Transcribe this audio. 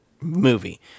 movie